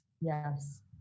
Yes